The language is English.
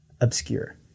obscure